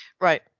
Right